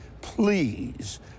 please